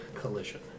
collision